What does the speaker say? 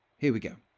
here we go.